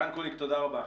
רן קוניק, תודה רבה.